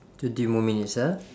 twenty more minutes ah